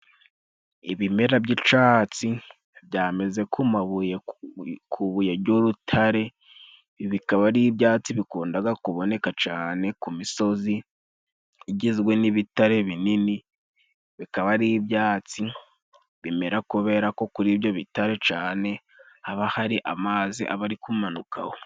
Ibimera by'icatsi byameze ku mabuye, ku buye ry'urutare, bikaba ari ibyatsi bikundaga kuboneka cane ku misozi igizwe n'ibitare binini. Bikaba ari ibyatsi bimera kubera ko kuri ibyo bitari cane haba hari amazi aba ari kumanukaho.